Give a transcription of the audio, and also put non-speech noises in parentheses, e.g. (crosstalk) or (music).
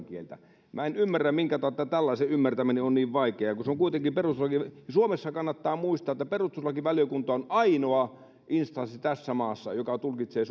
(unintelligible) kieltä minä en ymmärrä minkä tautta tällaisen ymmärtäminen on niin vaikeaa kun se on kuitenkin perusoikeudellinen suomessa kannattaa muistaa että perustuslakivaliokunta on tässä maassa ainoa instanssi joka tulkitsee (unintelligible)